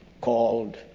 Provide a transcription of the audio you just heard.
called